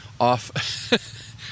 off